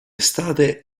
estate